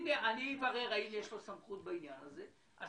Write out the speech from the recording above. אם יש לו סמכות בעניין הזה, אז